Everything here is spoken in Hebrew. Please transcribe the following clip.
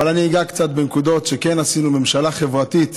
אבל אני אגע קצת בנקודות שכן עשינו, ממשלה חברתית.